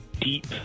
deep